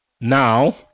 now